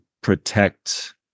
protect